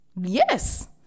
Yes